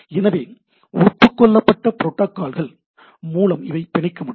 எனவே ஒப்புக்கொள்ளப்பட்ட ப்ரோட்டோகால்கள் மூலம் இவற்றைப் பிணைக்க முடியும்